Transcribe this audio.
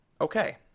okay